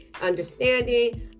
understanding